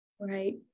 Right